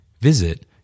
Visit